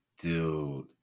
Dude